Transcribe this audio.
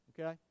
Okay